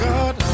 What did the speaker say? God